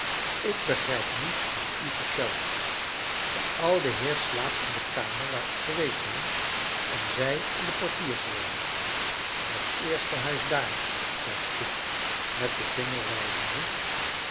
ik begrijp niet wat u vertelt de oude heer slaapt in de kamer waar u geweest bent en zij in de portierswoning het eerste huis daar zei tip met den vinger